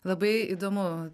labai įdomu